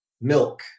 milk